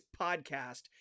podcast